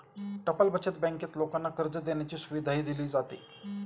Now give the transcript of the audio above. टपाल बचत बँकेत लोकांना कर्ज देण्याची सुविधाही दिली जाते